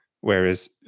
whereas